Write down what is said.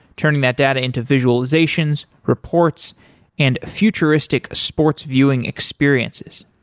turning that data into visualizations, reports and futuristic sports viewing experiences.